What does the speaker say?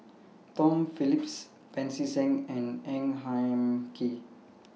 Tom Phillips Pancy Seng and Ang Hin Kee